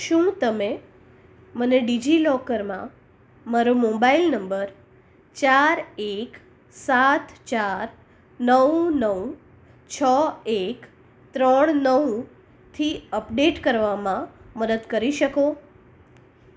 શું તમે મને ડિજિલોકરમાં મારો મોબાઇલ નંબર ચાર એક સાત ચાર નવ નવ છ એક ત્રણ નવથી અપડેટ કરવામાં મદદ કરી શકો